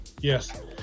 Yes